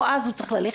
או אז הוא צריך ללכת,